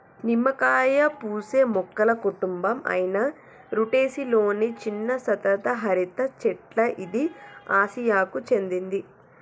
నిమ్మకాయ పూసే మొక్కల కుటుంబం అయిన రుటెసి లొని చిన్న సతత హరిత చెట్ల ఇది ఆసియాకు చెందింది